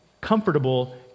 comfortable